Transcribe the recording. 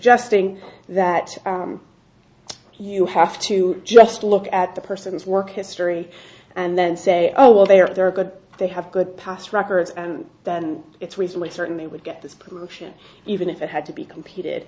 suggesting that you have to just look at the person's work history and then say oh well they are they're good they have good past records and then it's recently certain they would get this promotion even if it had to be competed